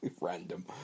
Random